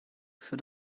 für